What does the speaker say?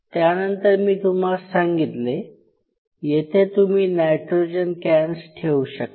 त्यानंतर मी तुम्हास सांगितले येथे तुम्ही नायट्रोजन कॅन्स ठेवू शकता